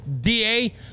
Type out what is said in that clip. DA